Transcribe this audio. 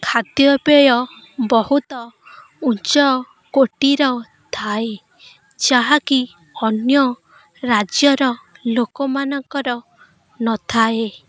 ଖାଦ୍ୟପେୟ ବହୁତ ଉଚ୍ଚକୋଟିର ଥାଏ ଯାହାକି ଅନ୍ୟ ରାଜ୍ୟର ଲୋକମାନଙ୍କର ନଥାଏ